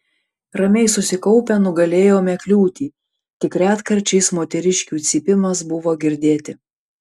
ramiai susikaupę nugalėjome kliūtį tik retkarčiais moteriškių cypimas buvo girdėti